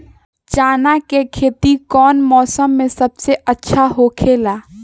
चाना के खेती कौन मौसम में सबसे अच्छा होखेला?